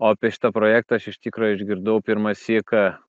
o apie šitą projektą aš iš tikro išgirdau pirmąsyk a